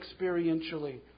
experientially